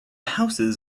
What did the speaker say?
houses